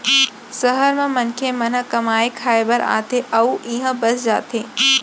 सहर म मनखे मन ह कमाए खाए बर आथे अउ इहें बस जाथे